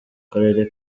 karere